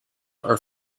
are